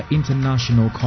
International